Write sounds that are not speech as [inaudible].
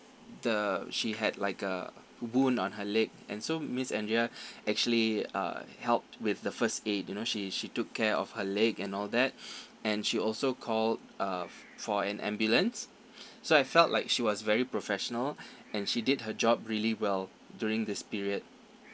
the she had like a wound on her leg and so miss andrea [breath] actually uh helped with the first aid you know she she took care of her leg and all that [breath] and she also called uh for an ambulance [breath] so I felt like she was very professional [breath] and she did her job really well during this period